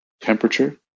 temperature